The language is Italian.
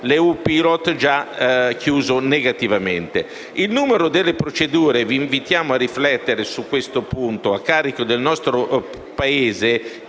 EU Pilot già chiuso negativamente. Il numero delle procedure - vi invitiamo a riflettere su questo punto - a carico del nostro Paese